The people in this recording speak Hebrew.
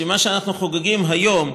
שמה שאנחנו חוגגים היום,